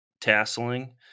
tasseling